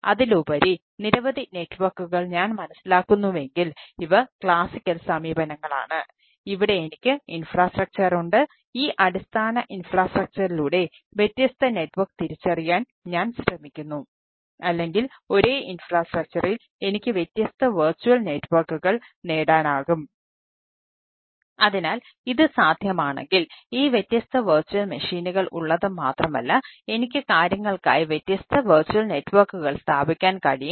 അതിനാൽ എനിക്ക് ഒരു ഇൻഫ്രാസ്ട്രക്ചർ തിരിച്ചറിയാൻ കഴിയും